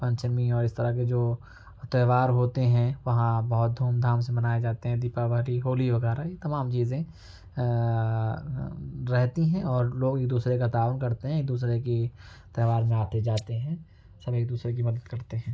پنچمی اور اس طرح کے جو تہوار ہوتے ہیں وہاں بہت دھوم دھام سے منائے جاتے ہیں دیپاولی ہولی وغیرہ یہ تمام چیزیں رہتی ہیں اور لوگ ایک دوسرے کا تعاون کرتے ہیں ایک دوسرے کی تہوار میں آتے جاتے ہیں سب ایک دوسرے کی مدد کرتے ہیں